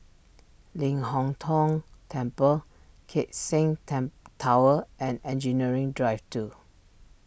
Ling Hong Tong Temple Keck Seng temp Tower and Engineering Drive two